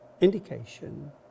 indication